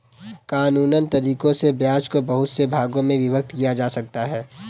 कानूनन तरीकों से ब्याज को बहुत से भागों में विभक्त किया जा सकता है